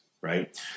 right